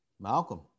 Malcolm